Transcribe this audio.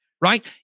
right